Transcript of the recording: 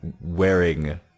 wearing